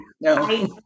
no